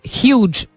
huge